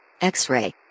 X-ray